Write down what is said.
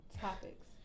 topics